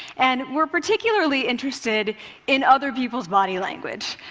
and we're particularly interested in other people's body language.